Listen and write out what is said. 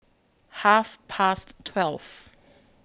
Half Past twelve